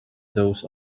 those